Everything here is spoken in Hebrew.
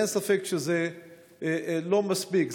שאין ספק שזה לא מספיק.